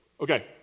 okay